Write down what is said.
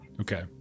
Okay